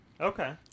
Okay